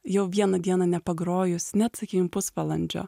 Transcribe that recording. jau vieną dieną nepagrojus net sakyim pusvalandžio